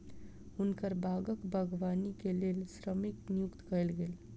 हुनकर बागक बागवानी के लेल श्रमिक नियुक्त कयल गेल